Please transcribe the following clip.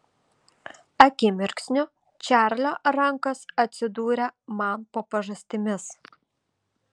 akimirksniu čarlio rankos atsidūrė man po pažastimis